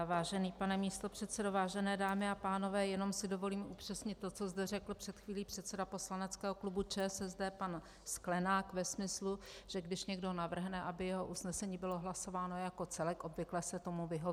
Vážený pane místopředsedo, vážené dámy a pánové, jenom si dovolím upřesnit to, co zde řekl před chvílí předseda poslaneckého klubu ČSSD pan Sklenák ve smyslu, že když někdo navrhne, aby jeho usnesení bylo hlasováno jako celek, obvykle se tomu vyhoví.